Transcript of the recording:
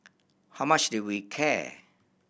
how much did we care